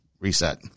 Reset